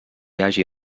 hagi